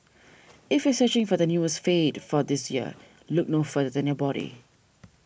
if you are searching for the newest fad for this year look no further than your body